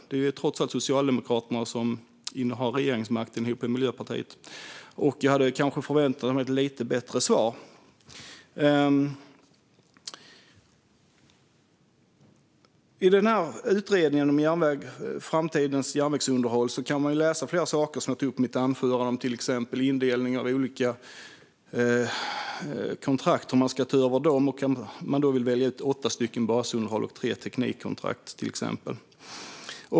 Det är trots allt Socialdemokraterna som innehar regeringsmakten ihop med Miljöpartiet. Jag hade kanske förväntat mig ett lite bättre svar. I utredningen om framtidens järnvägsunderhåll kan man läsa flera saker, som jag tog upp i mitt anförande, till exempel om indelning av olika kontrakt och hur man ska ta över dem. Man kan då välja ut åtta stycken för basunderhåll och tre teknikkontrakt, till exempel.